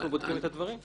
אנחנו בודקים את הדברים.